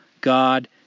God